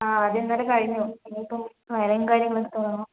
ആ അത് ഇന്നലെ കഴിഞ്ഞു ഇനിയിപ്പോൾ വയറിംഗ് കാര്യങ്ങളൊക്കെ തുടങ്ങണം